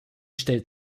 stellt